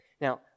now